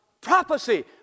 Prophecy